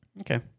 Okay